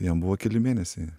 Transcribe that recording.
jam buvo keli mėnesiai